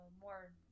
more